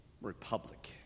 republic